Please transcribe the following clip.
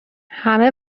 همه